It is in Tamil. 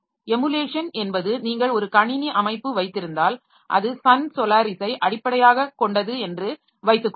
எமுலேஷன் என்பது நீங்கள் ஒரு கணினி அமைப்பு வைத்திருந்தால் அது சன் சோலாரிஸை அடிப்படையாகக் கொண்டது என்று வைத்துக் கொள்ளுங்கள்